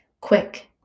quick